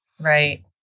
Right